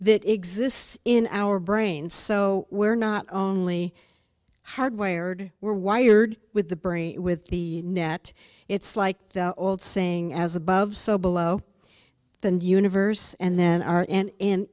that exists in our brain so we're not only hard wired we're wired with the brain with the net it's like the old saying as above so below the new universe and then our and